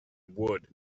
would